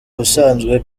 busanzwe